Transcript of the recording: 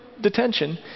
detention